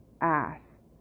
ass